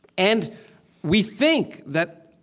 and we think that,